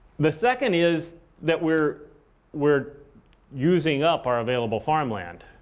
the second is that we're we're using up our available farmland.